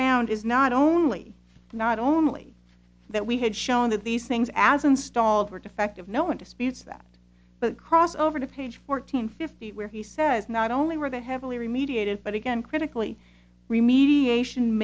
found is not only not only that we had shown that these things as installed were defective no one disputes that but cross over to page fourteen fifty where he says not only were they heavily remediated but again critically remediation